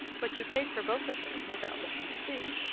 but you paid for both of them without looking to see.